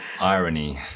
Irony